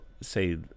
say